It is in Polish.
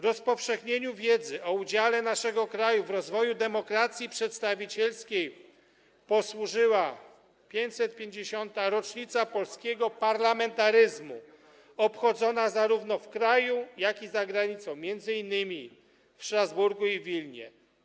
Rozpowszechnianiu wiedzy o udziale naszego kraju w rozwoju demokracji przedstawicielskiej posłużyła 550. rocznica polskiego parlamentaryzmu, obchodzona zarówno w kraju, jak i za granicą, m.in. w Strasburgu i Wilnie.